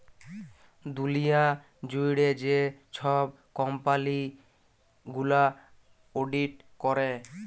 দুঁলিয়া জুইড়ে যে ছব কম্পালি গুলা অডিট ক্যরে